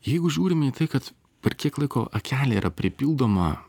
jeigu žiūrim į kad per kiek laiko akelė yra pripildoma